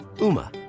UMA